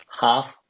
half